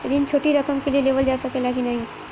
ऋण छोटी रकम के लिए लेवल जा सकेला की नाहीं?